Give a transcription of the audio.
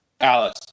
Alice